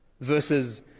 versus